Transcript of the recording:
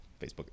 Facebook